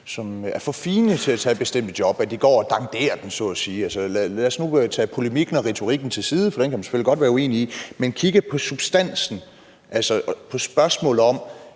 som er for fine til at tage bestemte job, at de så at sige går og danderer den. Altså, lad os nu tage polemikken og retorikken til side – for den kan man selvfølgelig godt være uenig i – og kigge på substansen, altså spørgsmålet: